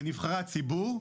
כנבחרי הציבור,